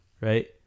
Right